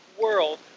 world